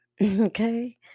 Okay